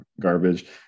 garbage